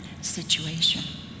situation